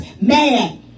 mad